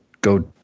go